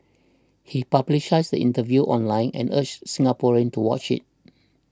he publicised the interview online and urged Singaporeans to watch it